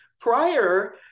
prior